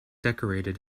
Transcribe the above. decorated